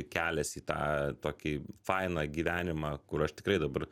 kelias į tą tokį fainą gyvenimą kur aš tikrai dabar